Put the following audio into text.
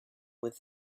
with